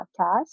Podcast